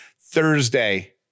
Thursday